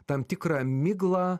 tam tikrą miglą